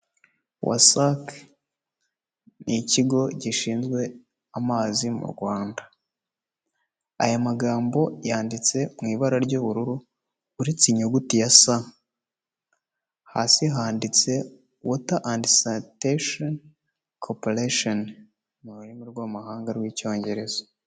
Wasac ni ikigo gishinzwe amazi mu Rwanda, aya magambo yanditse mu ibara ry'ubururu uretse inyuguti ya S, hasi handitse wota andi sanitesheni koporesheni mu rurimi rw'amahanga rw'icyongereza.